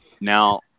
Now